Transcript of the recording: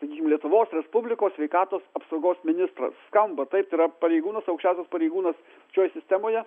sakykim lietuvos respublikos sveikatos apsaugos ministras skamba taip tai yra pareigūnas aukščiausias pareigūnas pačioj sistemoje